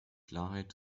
klarheit